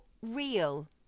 real